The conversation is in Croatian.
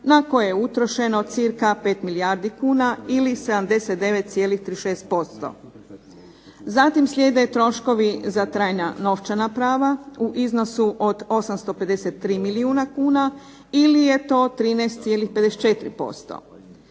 na koje je utrošeno cirka 5 milijardi kuna ili 79,36%. Zatim slijede troškovi za trajna novčana prava, u iznosu od 853 milijuna kuna ili je to 13,54%.